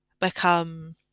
become